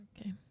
Okay